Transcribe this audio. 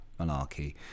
malarkey